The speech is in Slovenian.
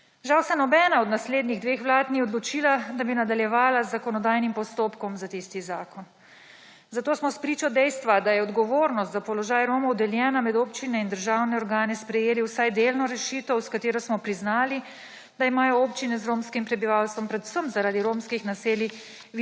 Žal se nobena od naslednjih 2 vlad ni odločila, da bi nadaljevala z zakonodajnim postopkom za tisti zakon. Zato smo spričo dejstva, da je odgovornost za položaj Romov deljena med občine in državne organe, sprejeli vsaj delno rešitev, s katero smo priznali, da imajo občine z romskim prebivalstvom predvsem zaradi romskih naselij